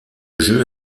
jeu